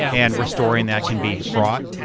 and restoring that can be fraught.